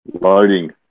loading